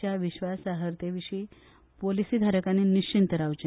च्या विश्वासार्हतेविशी पॉलीसीधारकानी निश्चिंत रावचे